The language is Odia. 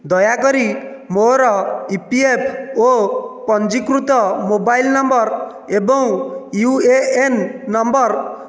ଦୟାକରି ମୋ'ର ଇପିଏଫ୍ଓ ପଞ୍ଜୀକୃତ ମୋବାଇଲ୍ ନମ୍ବର ଏବଂ ୟୁଏଏନ୍ ନମ୍ବର